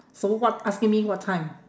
so what asking me what time